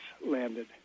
landed